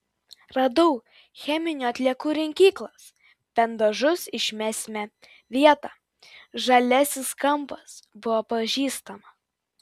radau cheminių atliekų rinkyklas bent dažus išmesime vieta žaliasis kampas buvo pažįstama